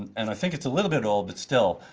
and i think it's a little bit old but still,